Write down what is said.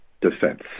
defense